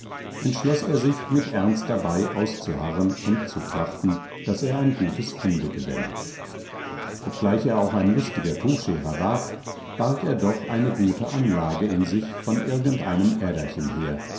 entschloß er sich mit ernst dabei auszuharren und zu trachten daß er ein gutes ende gewänne obgleich er auch ein lustiger tuchscherer war barg er doch eine gute anlage in sich von irgendeinem äderchen her